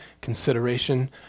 consideration